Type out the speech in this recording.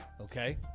Okay